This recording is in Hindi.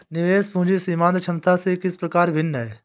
निवेश पूंजी सीमांत क्षमता से किस प्रकार भिन्न है?